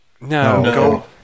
No